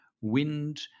wind